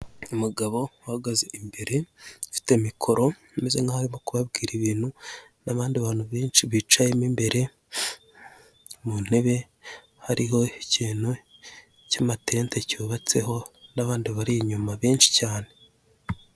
Umugabo uhagaze imbere afite mikoro umeze nk'aho ari kubabwira ibintu n'abandi bantu benshi bicayemo imbere mu ntebe, hariho ikintu cy'amatende cyubatseho n'abandi bari inyuma benshi cyane.